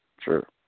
Sure